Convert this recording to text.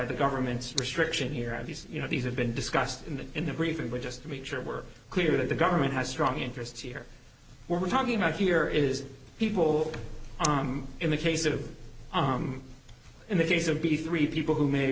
the government's restriction here obviously you know these have been discussed in the in the briefing but just to make sure we're clear that the government has strong interests here we're talking about here is people come in the case of in the case of b three people who may